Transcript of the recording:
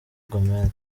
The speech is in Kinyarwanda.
gomez